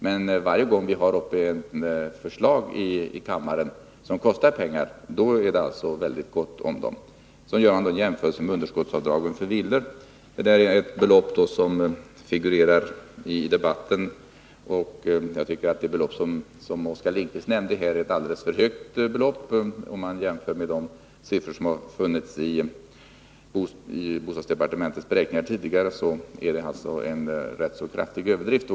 Men varje gång vi här i kammaren diskuterar förslag som kostar pengar, då är det Nr 30 alltså väldigt gott om pengar. Onsdagen den Så gör Oskar Lindkvist en jämförelse med underskottsavdragen för villor. 18 november 1981 Jag tycker att det belopp som Oskar Lindkvist nämnde — och som figurerar i debatten — är alldeles för högt. Om man jämför med de siffror som har Tomträttslån och angivits i bostadsdepartementets beräkningar tidigare, så finner man att det underhållslån, innebär en kraftig överdrift.